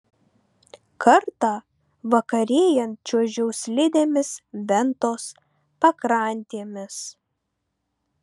kartą vakarėjant čiuožiau slidėmis ventos pakrantėmis